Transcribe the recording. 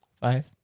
five